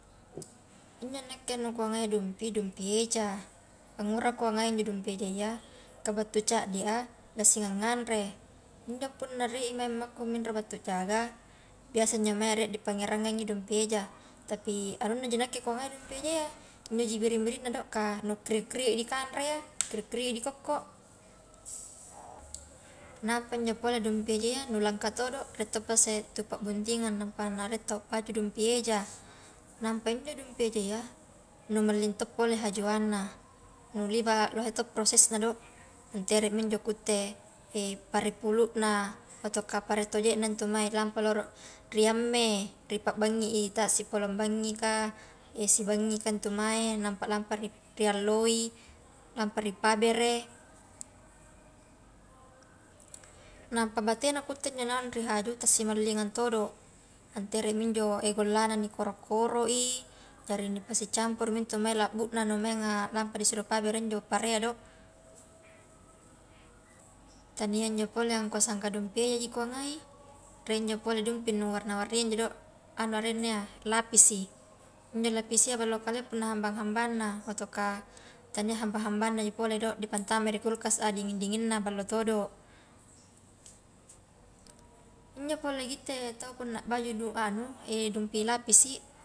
Injo nakke kuangaia dumpi, dumpi eja, angura kungai dumpi eja iyaka battu caddi a gassinga nganre. injo punna rie i mai ammakku minro battu jaga, biasa injo mange rie dipangerangangi dumpi eja, tapi anunnaji nakke kungai dump eja iya injoji biring-biringnaji do ka nu kriuk-kriuk i dikanre iya, kriuk-kriuk i dikokko, nampa injo pole dumpi eja iya nu langkatodo rie toppasse tu pabuntingan napa narie tau baju dumpi eja, nampa injo dumpi eja iya nu malling to pole hajuanna, nu liba lohe to prosesna do, anteremi injo kutte pare puluna atauka pare toje na ntu mae lampa loro ri hamme ri pabangi i ta sipolong bangi ka, sibangika ntu mae, napa lampa ri alloi, lapa ri pabere, napa batena kutte njo naung ri haju tasimallingang todo, anteremi injo gollana nikoro-koro i jari nipasicampurumi intu mae la buna nu maenga lapa di suro pabere injo parea do, tania njo pole angkua sangka dumpiaji ku angai, rie injo pole dumpi nu warna warnia injo do, anu arenna iya lapisi, injo lapisia ballo kalea punna hambang-hambangna ataukah tania hambang-hambangnaji pole do dipantamai ri kulkas a dingin-dinginna ballo todo, injo pole gitte tau punna bajui anu dumpi lapisi.